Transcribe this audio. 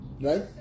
Right